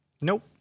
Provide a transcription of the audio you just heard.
Nope